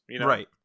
Right